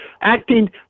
Acting